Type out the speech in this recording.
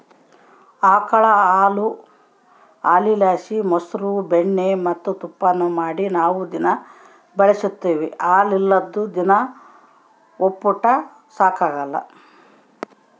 ಆಕುಳು ಹಾಲುಲಾಸಿ ಮೊಸ್ರು ಬೆಣ್ಣೆ ಮತ್ತೆ ತುಪ್ಪಾನ ಮಾಡಿ ನಾವು ದಿನಾ ಬಳುಸ್ತೀವಿ ಹಾಲಿಲ್ಲುದ್ ದಿನ ಒಪ್ಪುಟ ಸಾಗಕಲ್ಲ